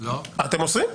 אתם אוסרים.